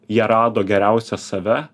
jie rado geriausią save